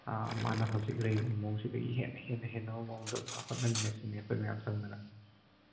ꯃꯥꯅ ꯍꯧꯖꯤꯛ ꯂꯩꯔꯤꯕ ꯃꯑꯣꯡꯁꯤꯗꯒꯤ ꯍꯦꯟꯅ ꯍꯦꯟꯅ ꯍꯦꯟꯅꯕ ꯑꯃꯨꯛꯇ ꯍꯣꯠꯅꯃꯤꯟꯅꯁꯤꯅꯦ ꯑꯩꯈꯣꯏ ꯃꯌꯥꯝ ꯆꯪꯗꯅ